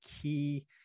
key